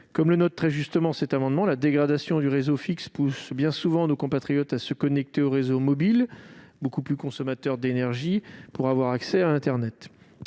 Comme le notent très justement les auteurs de cet amendement, la dégradation du réseau fixe pousse bien souvent nos compatriotes à se connecter au réseau mobile, beaucoup plus consommateur d'énergie, pour avoir accès à internet.